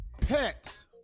pets